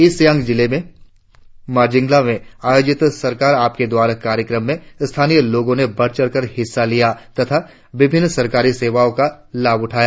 east Siang जिले के मार्जिंगला मे आयोजित सरकार आपके द्वार कार्यक्रम में स्थानीय लोगो ने बढ़ चढ़ कर हिस्सा लिया तथा विभिन्न सरकारी सेवाओ का भी लाभ उठाया